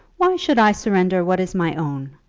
why should i surrender what is my own?